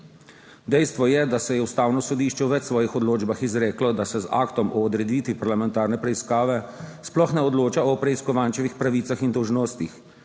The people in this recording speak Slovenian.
Dejstvo je, da se je Ustavno sodišče v več svojih odločbah izreklo, da se z aktom o odreditvi parlamentarne preiskave sploh ne odloča o preiskovančevih pravicah in dolžnostih.